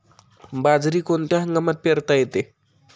बाजरी कोणत्या हंगामात पेरता येते?